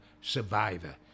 survivor